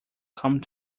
come